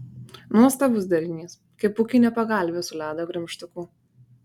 nuostabus derinys kaip pūkinė pagalvė su ledo gremžtuku